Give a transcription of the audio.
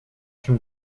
się